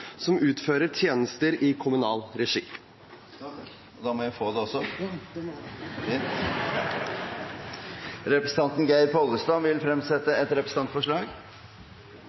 som utfører tjenester i kommunal regi. Representanten Geir Pollestad vil fremsette et representantforslag.